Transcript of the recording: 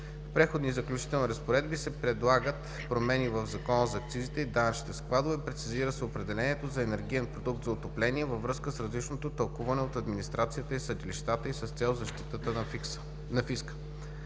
Преходните и заключителни разпоредби се предлагат промени в Закона за акцизите и данъчните складове. Прецизира се определението за „Енергиен продукт за отопление“ във връзка с различното тълкуване от администрацията и съдилищата и с цел защита на фиска.